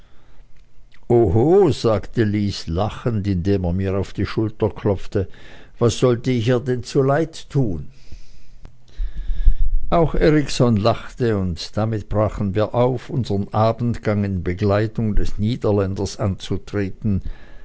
oho sagte lys lachend indem er mir auf die schulter klopfte was sollt ich ihr denn zuleid tun auch erikson lachte und somit brachen wir auf unsern abendgang in begleitung des niederländers anzutreten